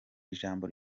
ijambo